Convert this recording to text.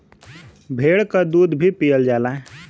भेड़ क दूध भी पियल जाला